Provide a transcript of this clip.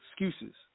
excuses